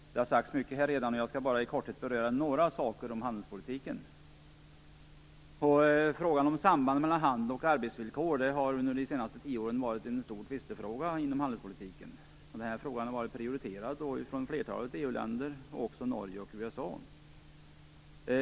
Mycket har redan sagts i debatten, och jag skall bara i korthet beröra några saker om handelspolitiken. Frågan om sambanden mellan handel och arbetsvillkor har under de senaste tio åren varit en stor tvistefråga inom handelspolitiken. Frågan har prioriterats av flertalet EU-länder och även av Norge och USA.